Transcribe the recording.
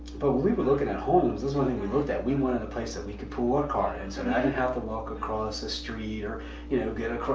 but we were looking at homes that's one thing we looked at. we wanted a place that we could pull our car in, and so and i didn't have to walk across a street, or you know get across,